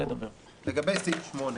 לגבי סעיף 8,